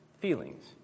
feelings